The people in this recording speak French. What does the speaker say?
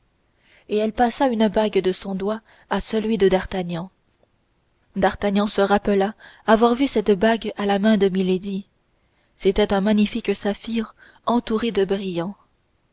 et elle passa une bague de son doigt à celui de d'artagnan d'artagnan se rappela avoir vu cette bague à la main de milady c'était un magnifique saphir entouré de brillants